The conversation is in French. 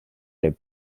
les